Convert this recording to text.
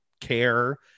care